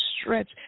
stretch